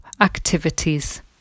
activities